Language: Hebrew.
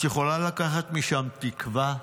את יכולה לקחת משם תקווה,